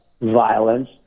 violence